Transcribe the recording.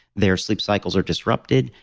their sleep cycles are disrupted,